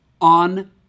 On